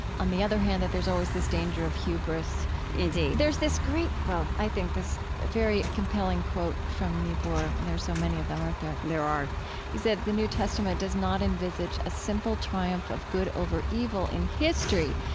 on the other hand, that there's always this danger of hubris indeed there's this great, well, i think this very compelling quote from niebuhr, there's so many of them, aren't there? there are he said, the new testament does not envisage a simple triumph of good over evil in history.